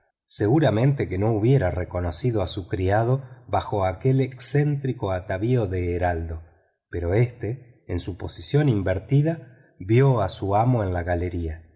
seguramente que no hubiera reconocido a su criado bajo aquel excéntrico atavío de heraldo pero éste en su posición invertida vio a su amo en la galería